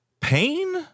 pain